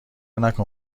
نکن